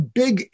big